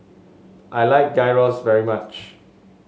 I like Gyros very much